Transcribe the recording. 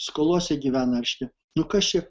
skolose gyvena reiškia nu kas čia